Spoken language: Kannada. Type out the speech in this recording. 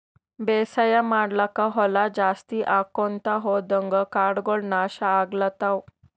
ಬೇಸಾಯ್ ಮಾಡ್ಲಾಕ್ಕ್ ಹೊಲಾ ಜಾಸ್ತಿ ಆಕೊಂತ್ ಹೊದಂಗ್ ಕಾಡಗೋಳ್ ನಾಶ್ ಆಗ್ಲತವ್